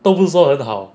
都不是说很好